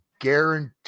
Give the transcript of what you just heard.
guarantee